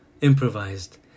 improvised